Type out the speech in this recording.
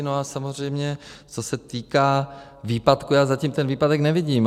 A samozřejmě co se týká výpadku, já zatím ten výpadek nevidím.